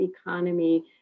economy